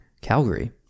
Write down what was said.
Calgary